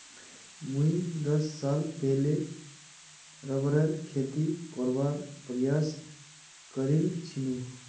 मुई दस साल पहले रबरेर खेती करवार प्रयास करील छिनु